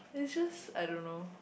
is just I don't know